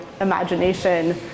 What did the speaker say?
imagination